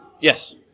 Yes